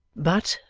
but,